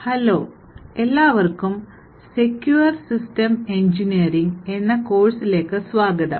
hello എല്ലാവർക്കും Secure System Engineering എന്ന course ലേക്ക് സ്വാഗതം